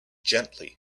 gently